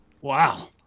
wow